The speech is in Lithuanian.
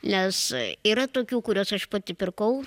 nes yra tokių kuriuos aš pati pirkau